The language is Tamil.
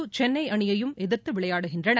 சென்னை அணியையும் எதிர்த்து விளையாடுகின்றன